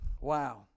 wow